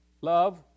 Love